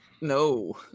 no